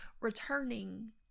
returning